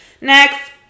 Next